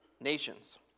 nations